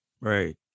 Right